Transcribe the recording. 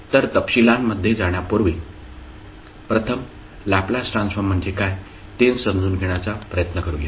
तर तपशिलांमध्ये जाण्यापूर्वी प्रथम लॅपलास ट्रान्सफॉर्म म्हणजे काय ते समजून घेण्याचा प्रयत्न करूया